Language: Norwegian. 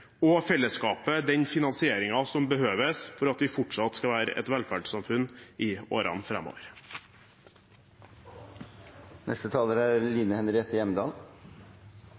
og felleskapet den finansieringen som behøves for at vi fortsatt skal være et velferdssamfunn i årene